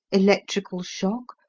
electrical shock,